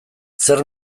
zer